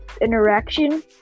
interaction